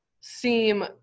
seem